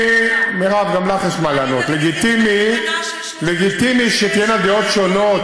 הדיון חורג מהשאילתה.